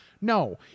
No